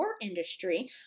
industry